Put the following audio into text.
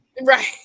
Right